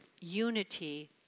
unity